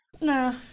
No